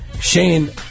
Shane